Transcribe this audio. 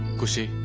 kushi.